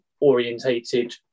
orientated